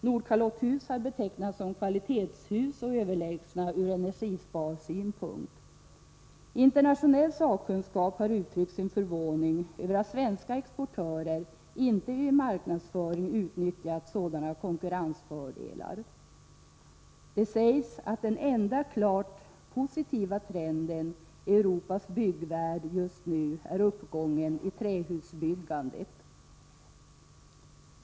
Nordkalotthus har betecknats som kvalitetshus och överlägsna ur energisparsynpunkt. Internationell sakkunskap har uttryckt sin förvåning över att svenska exportörer inte utnyttjat sådana konkurrensfördelar i sin marknadsföring. Det sägs att den enda klart positiva trenden i Europas byggvärld just nu är uppgången i trähusbyggandet.